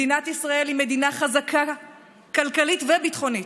מדינת ישראל היא מדינה חזקה כלכלית וביטחונית,